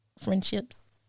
friendships